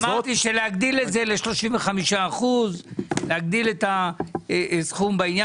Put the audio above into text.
אמרתי שלהגדיל את זה ל-35% להגדיל את הסכום בעניין,